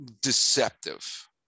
deceptive